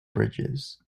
bridges